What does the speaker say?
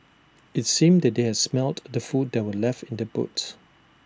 IT seemed that they had smelt the food that were left in the boots